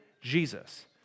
Jesus